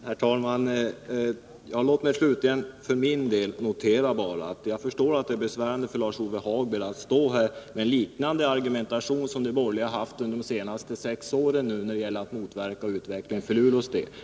Herr talman! Låt mig till sist för min del bara säga att jag förstår att det är besvärligt för Lars-Ove Hagberg att här föra en argumentation liknande den de borgerliga fört under de senaste sex åren för att motverka en utveckling för Luleås del.